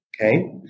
okay